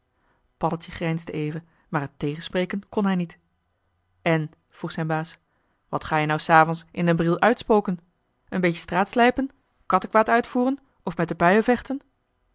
paddeltje grijnsde even maar het tegenspreken kon hij niet en vroeg zijn baas wat ga-je nou s avonds in den briel uitspoken een beetje straatslijpen kattekwaad uitvoeren of met de puien vechten